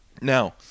now